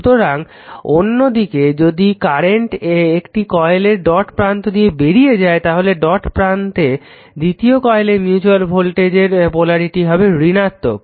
সুতরাং অন্যদিকে যদি কারেন্ট একটি কয়েলের ডট প্রান্ত দিয়ে বেরিয়ে যায় তাহলে ডট প্রান্তে দ্বিতীয় কয়েলে মিউচুয়াল ভোল্টেজের পোলারিটি হবে ঋণাত্মক